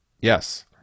Yes